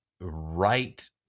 right